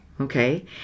Okay